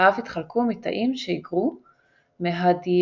תאיו התחלקו מתאים שהיגרו מהדיאנצפלון.